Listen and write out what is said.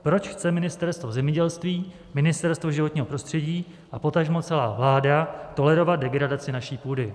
Proč chce Ministerstvo zemědělství, Ministerstvo životního prostředí a potažmo celá vláda tolerovat degradaci naší půdy?